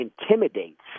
intimidates